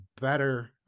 better